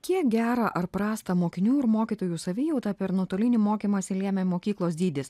kiek gerą ar prastą mokinių ir mokytojų savijautą per nuotolinį mokymąsi lėmė mokyklos dydis